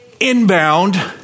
inbound